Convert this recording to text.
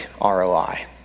ROI